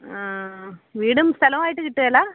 വീടും സ്ഥലവുമായിട്ട് കിട്ടുകയില്ല